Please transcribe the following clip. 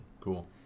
Cool